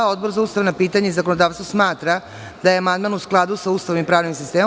Odbor za ustavna pitanja i zakonodavstvo smatra da je amandman u skladu sa Ustavom i pravnim sistemom.